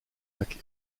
lac